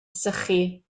sychu